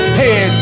head